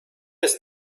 ist